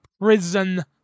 Prison